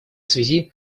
связи